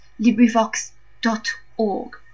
librivox.org